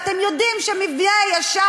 ואתם יודעים שהמבנה הישן,